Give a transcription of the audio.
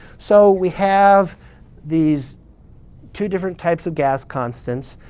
so we have these two different types of gas constants.